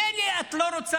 מילא את לא רוצה